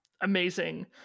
amazing